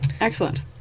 Excellent